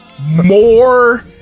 More